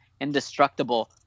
indestructible